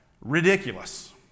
ridiculous